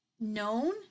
known